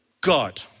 God